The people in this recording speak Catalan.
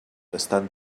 estan